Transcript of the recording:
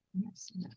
yes